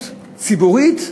ציבורית,